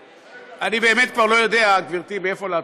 אני באמת כבר לא יודע, גברתי, מאיפה להתחיל.